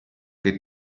che